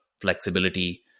flexibility